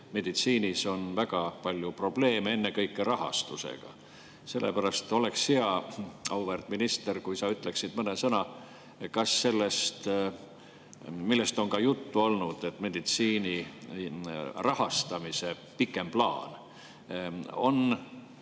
meditsiinis on väga palju probleeme, ennekõike rahastusega. Sellepärast oleks hea, auväärt minister, kui sa ütleksid mõne sõna, kas on eeldusi, et sellest, millest on ka juttu olnud, meditsiini rahastamise pikemast plaanist,